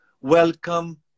welcome